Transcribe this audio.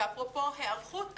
אפרופו היערכות,